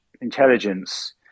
intelligence